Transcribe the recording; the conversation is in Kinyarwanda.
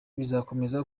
bizakomeza